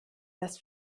das